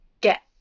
get